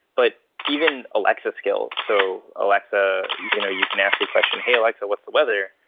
but even alexa skill, so alexa you know you can ask a question, hey, alexa. what's the weather?